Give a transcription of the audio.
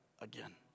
again